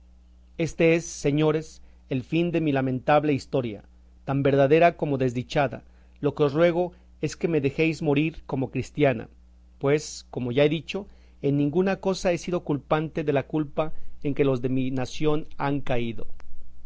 éste es señores el fin de mi lamentable historia tan verdadera como desdichada lo que os ruego es que me dejéis morir como cristiana pues como ya he dicho en ninguna cosa he sido culpante de la culpa en que los de mi nación han caído